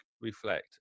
reflect